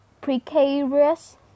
precarious